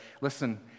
listen